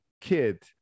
kid